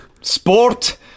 sport